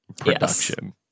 production